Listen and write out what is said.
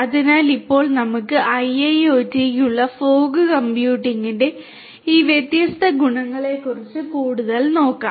അതിനാൽ ഇപ്പോൾ നമുക്ക് IIoT യ്ക്കുള്ള ഫോഗ് കമ്പ്യൂട്ടിംഗിന്റെ ഈ വ്യത്യസ്ത ഗുണങ്ങളെക്കുറിച്ച് കൂടുതൽ നോക്കാം